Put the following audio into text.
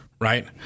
right